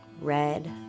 red